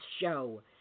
show